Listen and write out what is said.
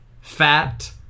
fat